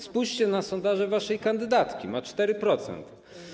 Spójrzcie na sondaże waszej kandydatki - ma 4%.